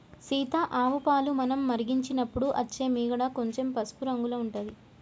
సీత ఆవు పాలు మనం మరిగించినపుడు అచ్చే మీగడ కొంచెం పసుపు రంగుల ఉంటది